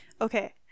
Okay